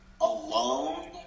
alone